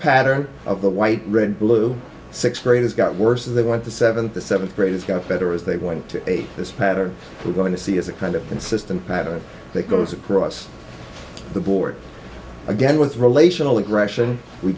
pattern of the white red blue sixth graders got worse and they want the seventh the seventh graders got better as they went to this pattern we're going to see as a kind of consistent pattern that goes across the board again with relational aggression we